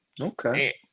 Okay